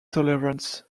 tolerance